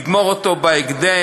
לגמור אותו בהקדם,